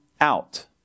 out